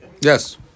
Yes